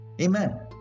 Amen